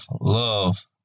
love